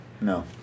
No